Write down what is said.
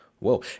Whoa